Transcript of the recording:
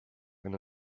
and